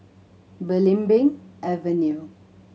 Belimbing Avenue